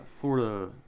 Florida